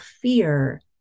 fear